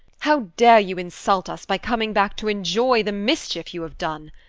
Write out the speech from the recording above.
how dare you insult us by coming back to enjoy the mischief you have done?